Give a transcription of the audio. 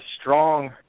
strong